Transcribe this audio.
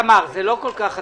איתמר, זה לא כל-כך עתידי.